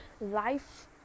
Life